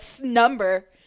number